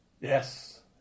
Yes